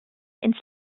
ins